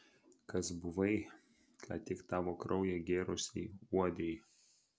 kas buvai ką tik tavo kraują gėrusiai uodei